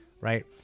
right